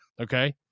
Okay